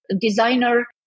designer